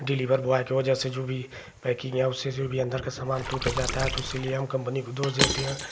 delivery boy की वज़ह से जो भी पैकिन्ग है उससे जो भी अन्दर का सामान टूट जाता है तो उसके लिए हम कम्पनी को दोष देते हैं